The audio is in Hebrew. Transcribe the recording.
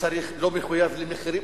הוא לא מחויב למחירים.